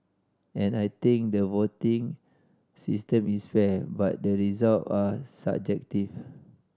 and I think the voting system is fair but the result are subjective